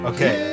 Okay